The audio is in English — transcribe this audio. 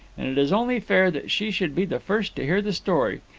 and it is only fair that she should be the first to hear the story.